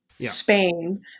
Spain